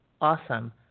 awesome